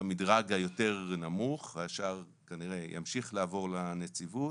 במדרג היותר נמוך והשאר כנראה ימשיך לעבור לנציבות,